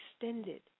extended